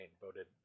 voted